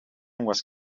was